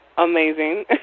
Amazing